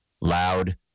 loud